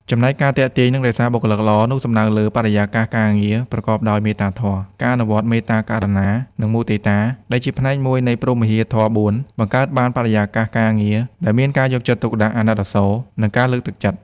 ចំណែក ការទាក់ទាញ និងរក្សាបុគ្គលិកល្អនោះសំដៅលើ បរិយាកាសការងារប្រកបដោយមេត្តាធម៌: ការអនុវត្ត មេត្តា ករុណា និងមុទិតា ដែលជាផ្នែកមួយនៃព្រហ្មវិហារធម៌៤ បង្កើតបានបរិយាកាសការងារដែលមានការយកចិត្តទុកដាក់ អាណិតអាសូរ និងការលើកទឹកចិត្ត។